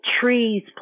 trees